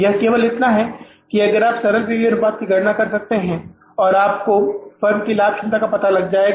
यह केवल इतना है कि आप सरल पी वी अनुपात की गणना कर सकते हैं और इससे आपको फर्म की लाभ क्षमता का पता चल जाएगा